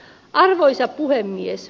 arvoisa puhemies